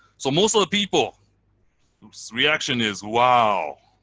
so most of the people whose reaction is, wow,